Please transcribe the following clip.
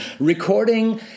recording